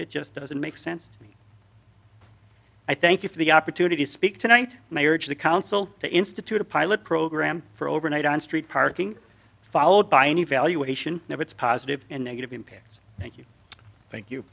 it just doesn't make sense i thank you for the opportunity to speak tonight may urge the council to institute a pilot program for overnight on street parking followed by an evaluation no it's positive and negative impact thank you you thank